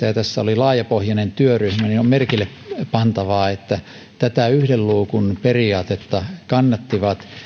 ja tässä oli laajapohjainen työryhmä niin on merkille pantavaa että tätä yhden luukun periaatetta kannattivat